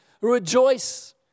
rejoice